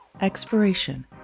Expiration